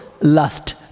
lust